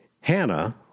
Hannah